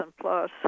Plus